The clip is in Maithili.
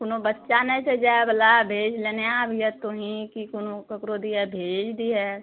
कोनो बच्चा नहि छै जायबला भेज लेने अबिहऽ तोहीँ की कोनो ककरो दिया भेज दिहए